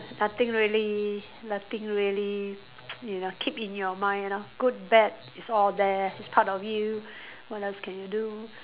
nothing really nothing really you know keep in your mind lah good bad it's all there it's part of you what else can you do